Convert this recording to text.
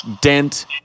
Dent